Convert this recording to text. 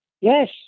Yes